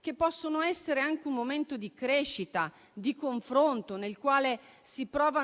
che possono essere anche un momento di crescita, di confronto, nel quale si prova